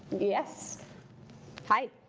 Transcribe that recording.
yes hi.